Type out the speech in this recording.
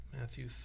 Matthew